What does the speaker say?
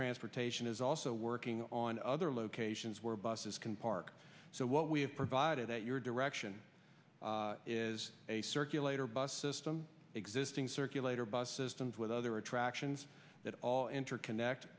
transportation is also working on other locations where buses can park so what we have provided at your direction is a circulator bus system existing circulator bus systems with other attractions that all interconnect